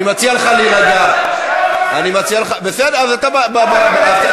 אני מציע לך להירגע.